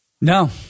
no